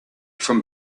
from